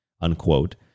unquote